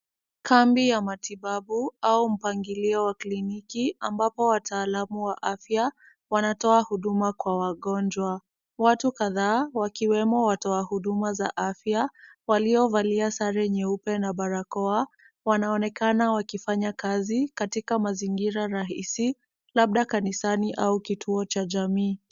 Kambi ya matibabu au mpangilio wa kliniki ambapo wataalamu wa afya wanatoa huduma kwa wagonjwa. Watu kadhaa wakiwemo watoa huduma za afya waliovalia sare nyeupe na barakoa wanaonekana wakifanya kazi katika mazingira rahisi labda kanisani au kituo cha jamii.